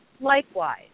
Likewise